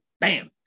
Bam